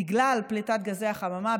בגלל פליטת גזי החממה,